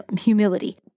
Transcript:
humility